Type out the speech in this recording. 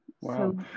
Wow